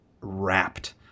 wrapped